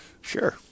Sure